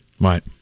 Right